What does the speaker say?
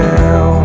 now